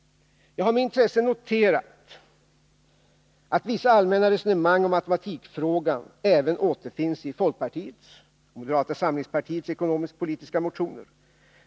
Jag har med intresse noterat att vissa allmänna resonemang om automatikfrågan återfinns även i folkpartiets och moderata samlingspartiets ekonomisk-politiska motioner.